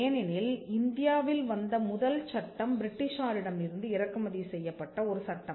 ஏனெனில் இந்தியாவில் வந்த முதல் சட்டம் பிரிட்டிஷாரிடம் இருந்து இறக்குமதி செய்யப்பட்ட ஒரு சட்டம்